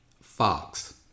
Fox